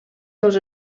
seus